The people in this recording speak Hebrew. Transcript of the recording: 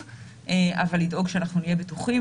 אבל לדאוג שאנחנו נהיה בטוחים.